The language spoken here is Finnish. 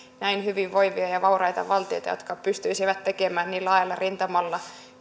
näin hyvinvoivia ja vauraita valtioita jotka pystyisivät tekemään niin laajalla rintamalla